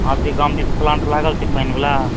अहाँ सबकेँ गाँव दिश प्लान्ट लागल छै पानि बला